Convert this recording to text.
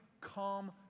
calm